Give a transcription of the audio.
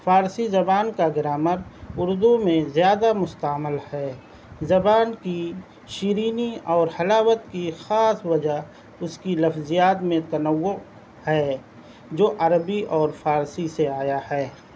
فارسی زبان کا گرامر اردو میں زیادہ مستعمل ہے زبان کی شیرینی اور حلاوت کی خاص وجہ اس کی لفظیات میں تنوع ہے جو عربی اور فارسی سے آیا ہے